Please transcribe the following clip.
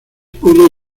pudo